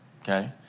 okay